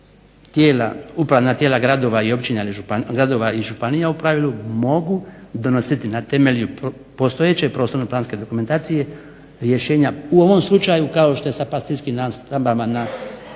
upravna tijela gradova i županija u pravilu mogu donositi na temelju postojeće prostorno planske dokumentacije rješenja u ovom slučaju kao što je sa pastirskim nastambama na